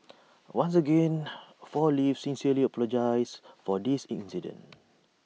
once again four leaves sincerely apologises for this incident